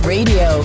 Radio